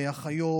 אחיות,